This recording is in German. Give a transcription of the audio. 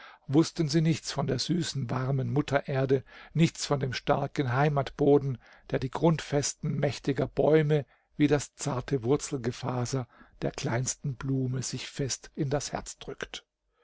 wußten sie nichts von der süßen warmen muttererde nichts von dem starken heimatboden der die grundfesten mächtiger bäume wie das zarte wurzelgefaser der kleinsten blume sich fest in das herz drückt